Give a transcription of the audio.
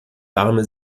warme